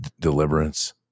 deliverance